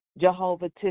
Jehovah